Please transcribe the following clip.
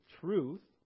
Truth